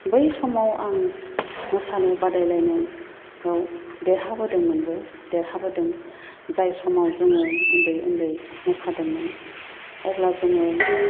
बै समाव आं मोसानो बादायलायनायआव देरहाबोदोंमोनबो देरहाबोदों जाय समाव जोङो उन्दै उन्दै मोसादोंमोन अब्ला जोङो